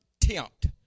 tempt